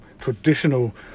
traditional